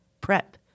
prep